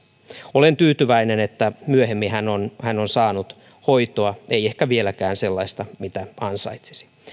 olen tyytyväinen että myöhemmin hän on hän on saanut hoitoa ei ehkä vieläkään sellaista mitä ansaitsisi